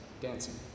dancing